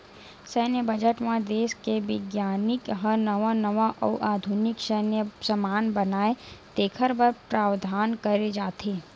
सैन्य बजट म देस के बिग्यानिक ह नवा नवा अउ आधुनिक सैन्य समान बनाए तेखर बर प्रावधान करे जाथे